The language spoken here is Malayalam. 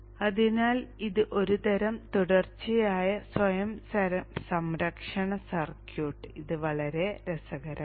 അതിനാൽ ഇത് ഒരുതരം തുടർച്ചയായ സ്വയം സംരക്ഷണ സർക്യൂട്ട് ഇത് വളരെ രസകരമാണ്